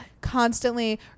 constantly